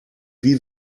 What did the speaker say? wie